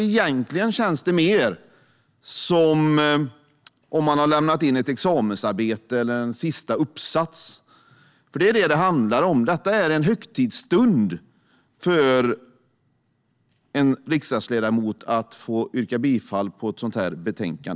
Egentligen känns det mer som att man har lämnat in ett examensarbete eller en sista uppsats, för det är en högtidsstund för en riksdagsledamot att få yrka bifall till ett sådant här förslag.